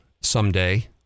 someday